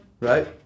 right